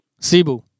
Sibu